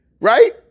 right